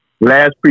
Last